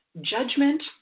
judgment